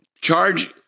charge